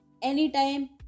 Anytime